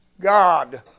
God